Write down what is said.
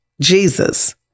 Jesus